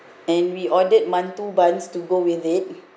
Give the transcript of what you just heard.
and we ordered mantou buns to go with it